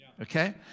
Okay